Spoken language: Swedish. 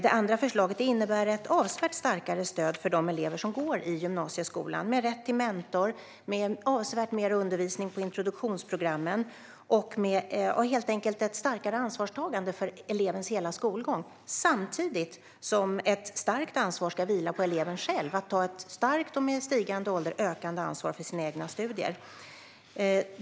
Det andra förslaget innebär ett avsevärt starkare stöd för de elever som går i gymnasieskolan med rätt till mentor och med avsevärt mer undervisning på introduktionsprogrammen. Det ska helt enkelt vara ett starkare ansvarstagande för elevens hela skolgång samtidigt som ett starkt ansvar ska vila på eleven själv. Eleven ska ta ett starkt och med stigande ålder ökande ansvar för sina egna studier.